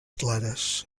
clares